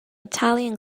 italian